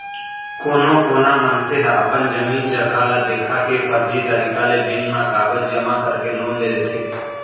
कोनो कोना मनसे ह अपन जमीन जघा ल देखा के फरजी तरीका ले बेंक म कागज जमा करके लोन ले लेथे